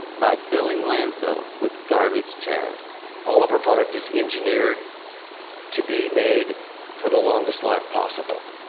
by filling landfills with garbage chairs all of our product is engineered to be made for the longest life possible.